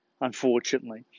unfortunately